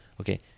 Okay